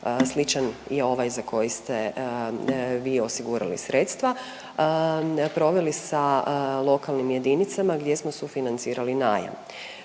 sličan i ovaj za koji ste vi osigurali sredstva proveli sa lokalnim jedinicama gdje smo sufinancirali najam.